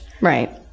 Right